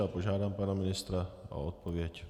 Požádám pana ministra o odpověď.